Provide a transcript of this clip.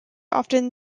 often